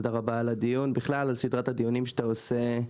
תודה רבה על הדיון ובכלל על סדרת הדיונים שאתה עושה.